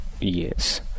yes